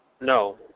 no